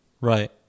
right